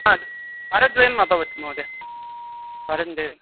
वारद्वयम् अभवत् महोदय वारं द्वे